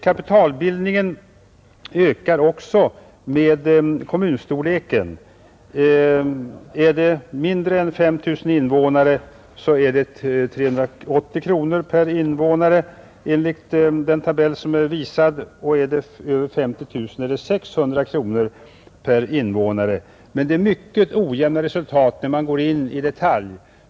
Kapitalbildningen ökar också med kommunstorleken. I kommuner med mindre än 5 000 invånare är kapitalbildningen 380 kronor per invånare enligt den tabell som är visad, och i kommuner med över 50 000 invånare är kapitalbildningen 600 kronor per invånare. Men går man in i detalj visar det sig att det är mycket ojämna resultat.